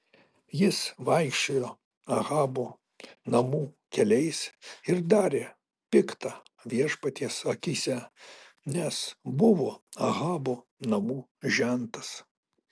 jis vaikščiojo ahabo namų keliais ir darė pikta viešpaties akyse nes buvo ahabo namų žentas